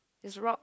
is rock